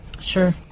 sure